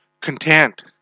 content